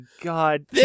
God